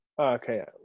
Okay